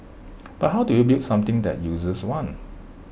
but how do you build something that users want